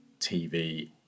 tv